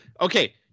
Okay